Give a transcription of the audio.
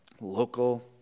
Local